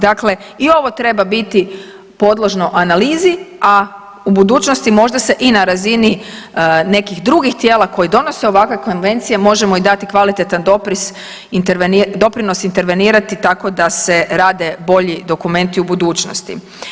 Dakle, i ovo treba biti podložno analizi, a u budućnosti možda se i na razini nekih drugih tijela koji donose ovakve konvencije možemo i dati kvalitetan dopis, doprinos intervenirati tako da se rade bolji dokumenti u budućnosti.